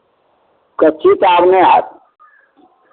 कच्ची तऽ आब नहि हैत